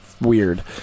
weird